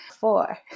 Four